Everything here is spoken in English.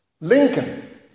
Lincoln